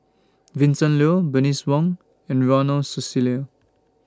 Vincent Leow Bernice Wong and Ronald Susilo